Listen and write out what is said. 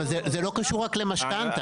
אבל זה לא קשור רק למשכנתא.